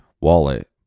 wallet